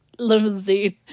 Limousine